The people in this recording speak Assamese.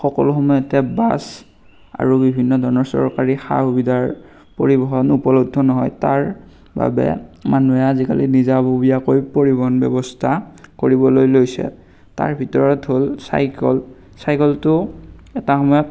সকলো সময়তে বাছ আৰু বিভিন্ন ধৰণৰ চৰকাৰী সা সুবিধাৰ পৰিবহণ উপলব্ধ নহয় তাৰ বাবে মানুহে আজিকালি নিজাববীয়াকৈ পৰিবহণ ব্যৱস্থা কৰিবলৈ লৈছে তাৰ ভিতৰত হ'ল চাইকেল চাইকেলটো এটা সময়ত